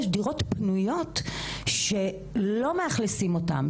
יש דירות פנויות שלא מאכלסים אותן,